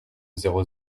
zéro